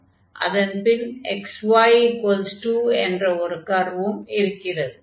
அதன் பின் xy2 என்ற ஒரு கர்வு இருக்கிறது